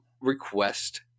request